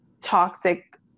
toxic